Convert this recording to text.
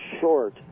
short